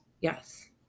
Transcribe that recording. Yes